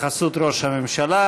התייחסות ראש הממשלה,